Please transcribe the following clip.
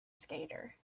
skater